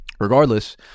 Regardless